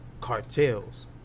cartels